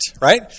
right